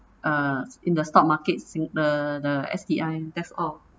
uh in the stock market si~ the the S_T_I that's all